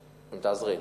תבדקי, אם תעזרי לי.